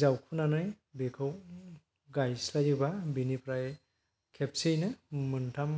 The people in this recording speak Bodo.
जावखुनानै बेखौ गायस्लायोब्ला बेनिफ्राय खेबसेयैनो मोनथाम